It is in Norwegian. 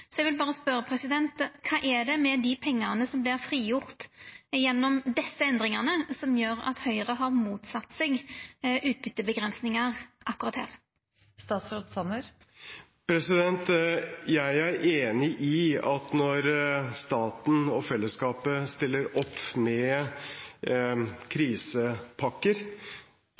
Eg vil berre spørja: Kva er det med dei pengane som vert frigjorde gjennom desse endringane, som gjer at Høgre har motsett seg utbytteavgrensingar akkurat her? Jeg er enig i at når staten og fellesskapet stiller opp med krisepakker,